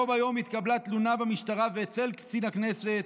בו-ביום התקבלה תלונה במשטרה ואצל קצין הכנסת.